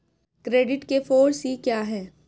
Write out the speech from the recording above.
Credit के four C क्या हैं?